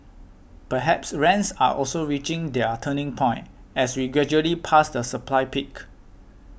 perhaps rents are also reaching their turning point as we gradually pass the supply peak